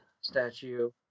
statue